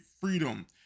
freedom